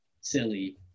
silly